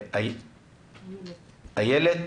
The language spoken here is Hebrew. אילת